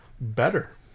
better